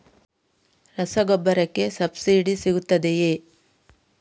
ರಸಗೊಬ್ಬರಕ್ಕೆ ಸಬ್ಸಿಡಿ ಸಿಗುತ್ತದೆಯೇ?